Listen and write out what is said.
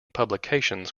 publications